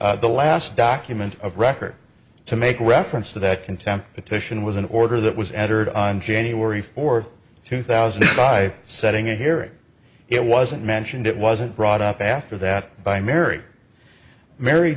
petition the last document of record to make reference to that contempt petition was an order that was entered on january fourth two thousand and five setting a hearing it wasn't mentioned it wasn't brought up after that by mary mar